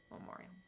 memorial